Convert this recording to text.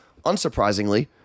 Unsurprisingly